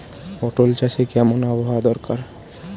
পটল চাষে কেমন আবহাওয়া দরকার?